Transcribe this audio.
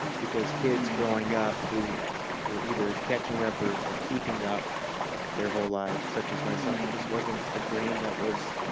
because kids gowning up who were either catching up or or keeping up their whole lives, such as myself, it just wasn't a dream that was